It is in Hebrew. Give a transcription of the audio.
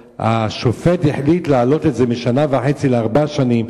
שהשופט החליט להעלות את זה משנה וחצי לארבע שנים.